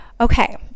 Okay